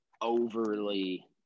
overly